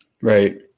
right